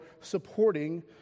supporting